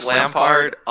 Lampard